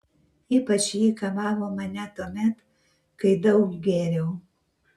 ypač ji kamavo mane tuomet kai daug gėriau